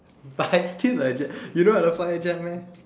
but I still like jet you know I have a flyer jet meh